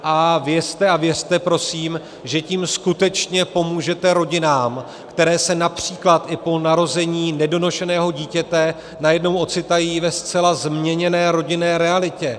A vězte a věřte prosím, že tím skutečně pomůžete rodinám, které se například i po narození nedonošeného dítěte najednou ocitají ve zcela změněné rodinné realitě.